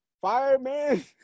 Fireman